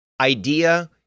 idea